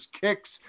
kicks